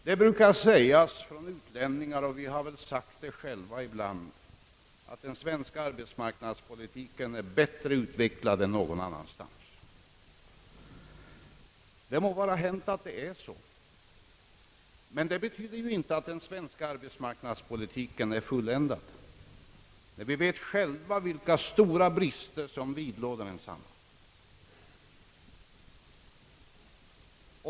Det brukar sägas av utlänningar — och vi har väl själva sagt det ibland — att den svenska arbetsmarknadspolitiken är bättre utvecklad än något annat lands. Det må vara riktigt, men det betyder ju inte att den svenska arbetsmarknadspolitiken är fulländad. Vi vet själva vilka stora brister som vidlåder den.